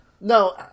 No